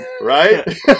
right